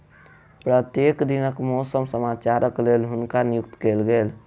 प्रत्येक दिनक मौसम समाचारक लेल हुनका नियुक्त कयल गेलैन